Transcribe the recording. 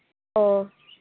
ᱚ